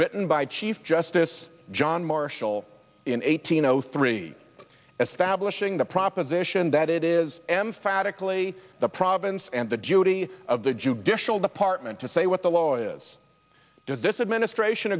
written by chief justice john marshall in eighteen zero three as fabulous showing the proposition that it is emphatically the province and the judy of the judicial department to say what the law is does this administration